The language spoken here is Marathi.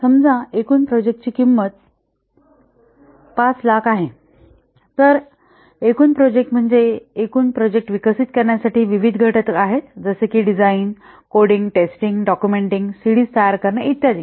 समजा एकूण प्रोजेक्टाची किंमत 500000 आहे तर एकूण प्रोजेक्ट म्हणजे एकूण प्रोजेक्ट विकसित करण्यासाठी विविध घटक आहेत जसे की design coding testing documenting CDs तयार करणे इत्यादि